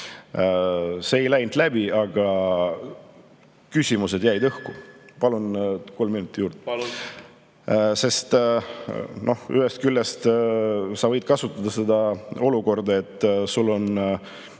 See ei läinud läbi, aga küsimused jäid õhku. Palun kolm minutit juurde. Palun! Palun! Ühest küljest sa võid kasutada seda olukorda, et sul on